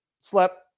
Slept